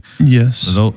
Yes